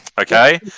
Okay